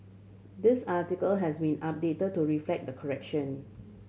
this article has been update to reflect the correction